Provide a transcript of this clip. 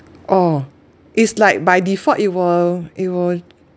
oh is like by default it will it will